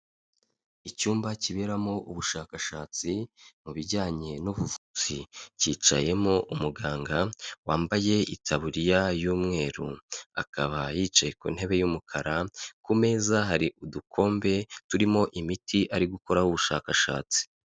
Icyumba kiberamo ubushakashatsi mu bijyanye n'ubuvuzi, cyicayemo umuganga wambaye itaburiya y'umweru. Akaba yicaye ku ntebe y'umukara, ku meza hari udukombe turimo imiti ari gukoraho ubushakashatsi.